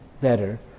better